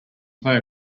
play